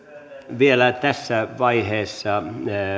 vielä tässä vaiheessa